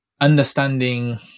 understanding